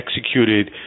executed